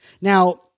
Now